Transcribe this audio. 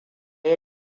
ya